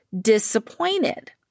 disappointed